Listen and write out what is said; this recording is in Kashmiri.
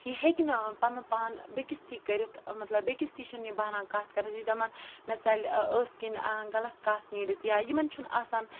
یہِ ہیٚکہِ نہٕ پَنُن پان بیٚکِس تھی کٔرِتھ مطلب بیٚکِس تھی چھُنہٕ یہِ بہران کَتھ کَرنَس یہِ چھِ دَپان مےٚ ژَلہِ ٲسہٕ کِنۍ غلط کَتھ نیٖرِتھ یا یِمَن چھُنہٕ آسان